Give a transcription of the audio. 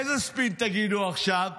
איזה ספין תגידו עכשיו?